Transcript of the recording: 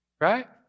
Right